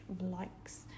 likes